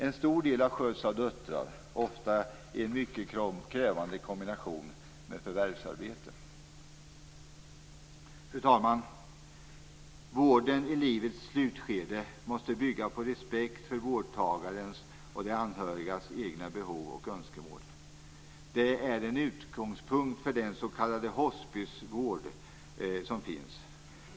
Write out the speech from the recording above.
En stor del sköts också av döttrar, ofta i en mycket krävande kombination med förvärvsarbete. Fru talman! Vården i livets slutskede måste bygga på respekt för vårdtagarens och de anhörigas egna behov och önskemål. Det är en utgångspunkt för den s.k. hospisvården.